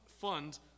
fund